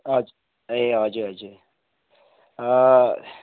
ए हजुर हजुर